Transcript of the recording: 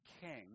king